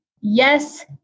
yes